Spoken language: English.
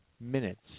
minutes